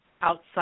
outside